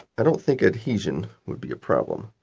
i don't think adhesion would be a problem.